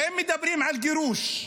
ואם מדברים על גירוש,